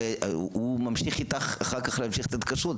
הרי הוא ממשיך אתך אחר כך להמשך ההתקשרות,